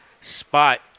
spot